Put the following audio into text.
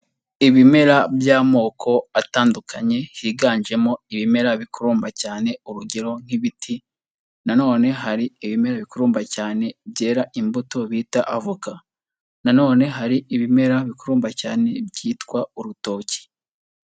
Ibimera by'amoko atandukanye higanjemo ibimera bikururumba cyane urugero nk'ibiti na none hari ibimera bikururumba cyane byera imbuto bita avoka na none hari ibimera bikururumba cyane byitwa urutoki.